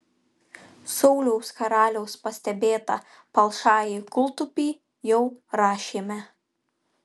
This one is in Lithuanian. sauliaus karaliaus pastebėtą palšąjį kūltupį jau rašėme